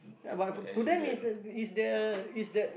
ya but to them is the is the is the